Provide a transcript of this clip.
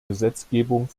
gesetzgebung